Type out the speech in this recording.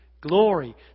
Glory